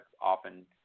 often